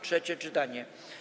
Trzecie czytanie.